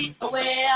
Away